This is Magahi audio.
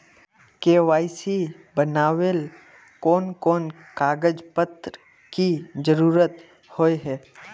के.वाई.सी बनावेल कोन कोन कागज पत्र की जरूरत होय है?